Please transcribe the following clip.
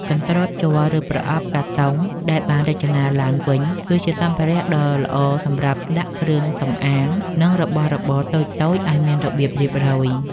កន្ត្រកជ័រ ឬប្រអប់កាតុងដែលបានរចនាឡើងវិញ គឺជាសម្ភារៈដ៏ល្អសម្រាប់ដាក់គ្រឿងសម្អាង និងរបស់របរតូចៗឱ្យមានរបៀបរៀបរយ។